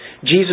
Jesus